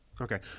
Okay